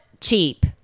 cheap